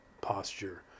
posture